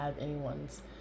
anyone's